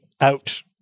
out